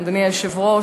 אדוני היושב-ראש,